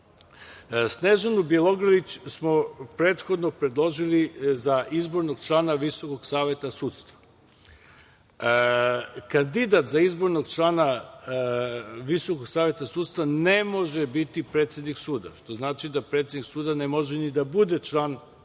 Snežanu Bjelogrlić smo prethodno predložili za izbornog člana Visokog saveta sudstva. Kandidat za izbornog člana Visokog saveta sudstva ne može biti predsednik suda, što znači da predsednik suda ne može ni da bude član Visokog